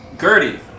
Gertie